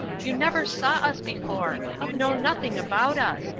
you never saw us before. you know nothing about us.